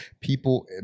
people